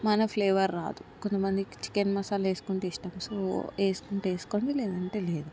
మన ఫ్లేవర్ రాదు కొంతమందికి చికెన్ మసాలా వేసుకుంటే ఇష్టం సో వేస్కుంటే వేసుకోండి లేదంటే లేదు